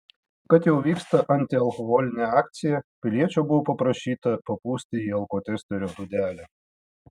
kad jau vyksta antialkoholinė akcija piliečio buvo paprašyta papūsti į alkotesterio dūdelę